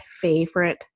favorite